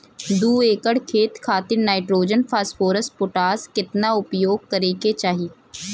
दू एकड़ खेत खातिर नाइट्रोजन फास्फोरस पोटाश केतना उपयोग करे के चाहीं?